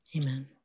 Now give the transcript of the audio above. Amen